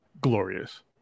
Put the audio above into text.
glorious